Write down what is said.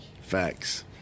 Facts